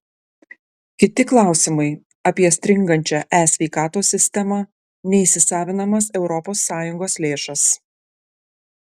kiti klausimai apie stringančią e sveikatos sistemą neįsisavinamas europos sąjungos lėšas